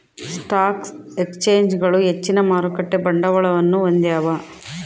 stock ಎಕ್ಸ್ಚೇಂಜ್ಗಳು ಹೆಚ್ಚಿನ ಮಾರುಕಟ್ಟೆ ಬಂಡವಾಳವನ್ನು ಹೊಂದ್ಯಾವ